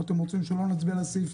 או אתם רוצים שלא נצביע על הסעיף,